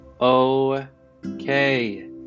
okay